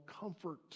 comfort